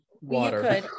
Water